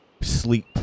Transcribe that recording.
sleep